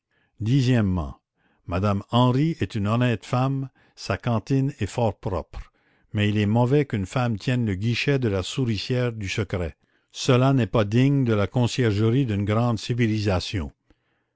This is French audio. dixièmement mme henry est une honnête femme sa cantine est fort propre mais il est mauvais qu'une femme tienne le guichet de la souricière du secret cela n'est pas digne de la conciergerie d'une grande civilisation